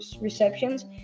receptions